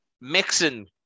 mixing